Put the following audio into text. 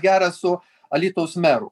gerą su alytaus meru